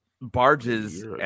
barges